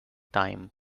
time